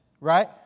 right